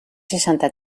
seixanta